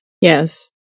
Yes